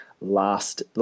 last